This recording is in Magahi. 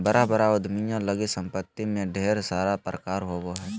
बड़ा बड़ा उद्यमियों लगी सम्पत्ति में ढेर सारा प्रकार होबो हइ